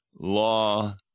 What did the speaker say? law